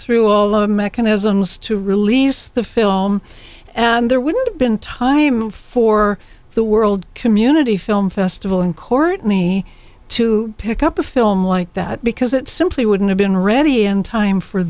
through all of the mechanisms to release the film and there wouldn't have been time for the world community film festival in courtney to pick up a film like that because it simply wouldn't have been ready in time for